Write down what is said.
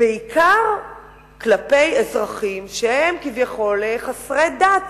בעיקר כלפי אזרחים שהם כביכול חסרי דת.